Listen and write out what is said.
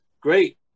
great